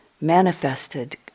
manifested